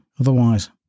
Otherwise